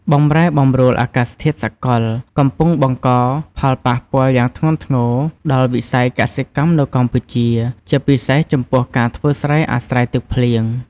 បម្រែបម្រួលអាកាសធាតុសកល កំពុងបង្កផលប៉ះពាល់យ៉ាងធ្ងន់ធ្ងរដល់វិស័យកសិកម្មនៅកម្ពុជា ជាពិសេសចំពោះការធ្វើស្រែអាស្រ័យទឹកភ្លៀង។